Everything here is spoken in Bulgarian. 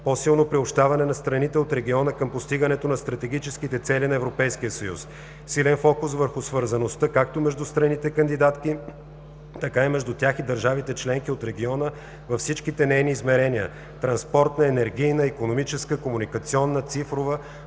по-силно приобщаване на страните от региона към постигането на стратегическите цели на Европейския съюз; силен фокус върху свързаността както между страните кандидатки, така и между тях и държавите членки от региона във всичките нейни измерения – транспортна, енергийна, икономическа, комуникационна, цифрова,